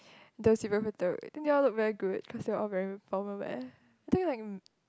the then they all look very good cause they all wearing formal wear I think like um